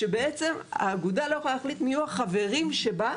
שבעצם האגודה לא יכולה להחליט מי יהיו החברים שבה,